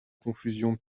confusion